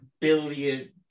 billion